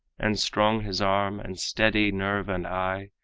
and strong his arm, and steady nerve and eye,